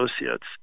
associates